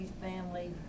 family